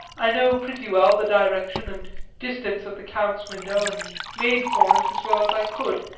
i knew pretty well the direction and distance of the count's window, and made for it as well as i could,